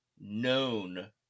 known